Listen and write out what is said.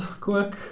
quick